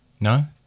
No